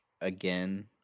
again